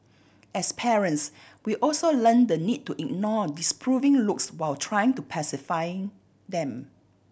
as parents we also learn the need to ignore disapproving looks while trying to pacify them